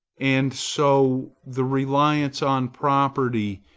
and so the reliance on property,